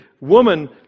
woman